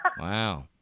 Wow